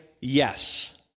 yes